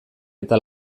eta